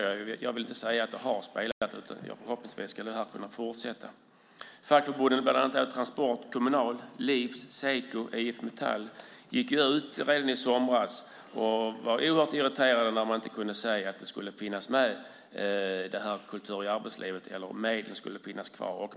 Jag vill inte säga att det har spelat stor roll, för förhoppningsvis ska det här kunna fortsätta. Fackförbunden, bland annat Transport, Kommunal, Livs, Seko, IF Metall, gick ut redan i somras och var oerhört irriterade när de inte kunde se att medlen för Kultur i arbetslivet skulle finnas kvar.